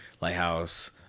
Lighthouse –